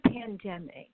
pandemic